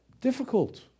Difficult